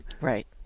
right